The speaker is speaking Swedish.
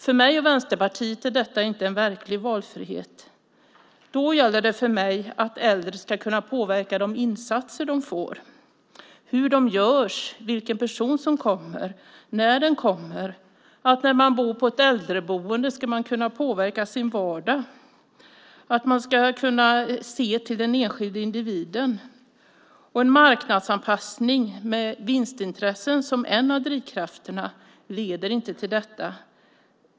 För mig och Vänsterpartiet är detta inte en verklig valfrihet. Då gäller att äldre ska kunna påverka de insatser de får, hur de görs, vilken person som kommer och när den personen kommer. När man bor på ett äldreboende ska man kunna påverka sin vardag. Personalen ska kunna se till den enskilda individen. En marknadsanpassning med vinstintresse som en av drivkrafterna leder inte till detta.